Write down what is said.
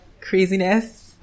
craziness